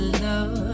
love